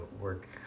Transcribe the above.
work